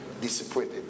disappointed